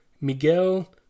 Miguel